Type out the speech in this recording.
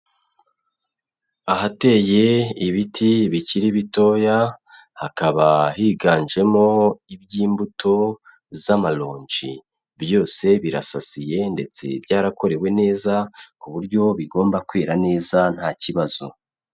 Ahateye ibiti bikiri bitoya hakaba higanjemo iby'imbuto z'amaronji, byose birasasiye ndetse byarakorewe neza ku buryo bigomba kwira neza nta kibazo.